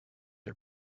are